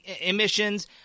emissions